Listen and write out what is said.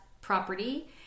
property